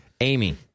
Amy